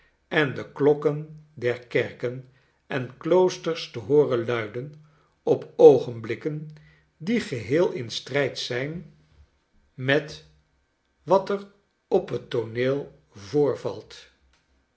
en de klokken der kerken en kloosters te hooren luiden op oogenblikken die geheel in strijd zijn met wat er op het tooneel voorvalt